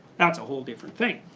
that's a whole different thing.